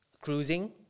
cruising